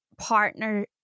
partner